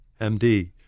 MD